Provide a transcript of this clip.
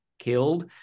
killed